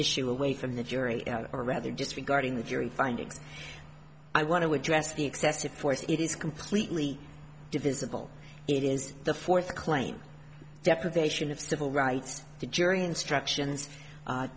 issue away from the jury or rather just regarding the jury findings i want to address the excessive force it is completely divisible it is the fourth claim deprivation of civil rights the jury instructions